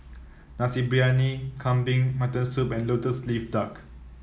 Nasi Briyani Kambing Mutton Soup and lotus leaf duck